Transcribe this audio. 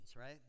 right